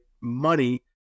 money